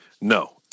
No